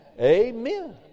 Amen